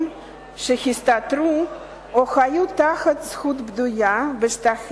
יצא ויתכבד וישוחח